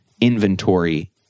inventory